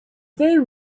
there